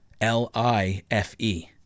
L-I-F-E